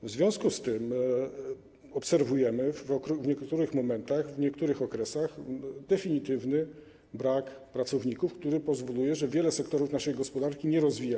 W związku z tym obserwujemy w niektórych momentach, w niektórych okresach definitywny brak pracowników, który powoduje, że wiele sektorów naszej gospodarki się nie rozwija.